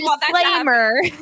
disclaimer